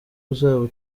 uzaba